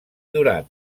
duran